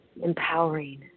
empowering